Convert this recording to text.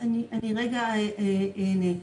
אני אענה.